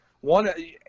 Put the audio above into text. one